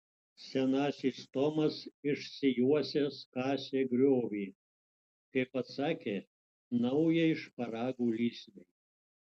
senasis tomas išsijuosęs kasė griovį kaip pats sakė naujai šparagų lysvei